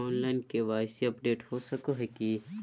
Online KYC update हो सको है की?